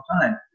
time